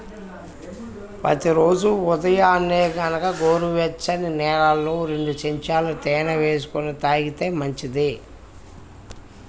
ప్రతి రోజూ ఉదయాన్నే గనక గోరువెచ్చని నీళ్ళల్లో రెండు చెంచాల తేనె వేసుకొని తాగితే మంచిది